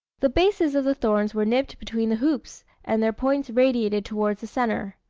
the bases of the thorns were nipped between the hoops and their points radiated towards the centre.